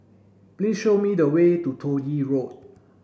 please show me the way to Toh Yi Road